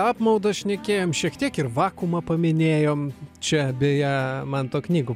apmaudą šnekėjom šiek tiek ir vakuumą paminėjom čia beje manto knygų